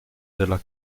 della